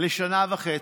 לשנה וחצי.